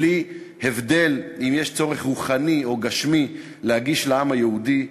בלי הבדל אם יש צורך רוחני או גשמי להגיש לעם היהודי.